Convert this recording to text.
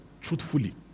truthfully